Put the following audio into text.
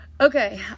Okay